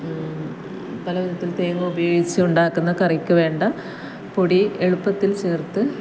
പല വിധത്തിൽ തേങ്ങ ഉപയോഗിച്ച് ഉണ്ടാക്കുന്ന കറിക്ക് വേണ്ട പൊടി എളുപ്പത്തിൽ ചേർത്ത്